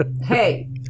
Hey